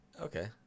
Okay